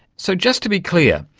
so just to be clear,